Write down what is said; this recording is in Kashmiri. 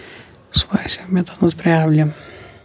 سُہ باسیو مےٚ تَتھ منٛز پروبلِم